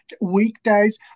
weekdays